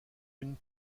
une